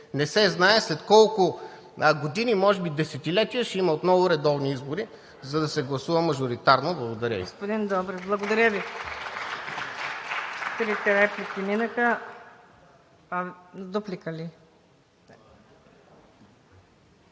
Не се знае след колко години, може би десетилетия, ще има отново редовни избори, за да се гласува мажоритарно. Благодаря Ви.